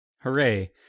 Hooray